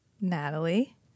Natalie